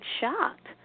shocked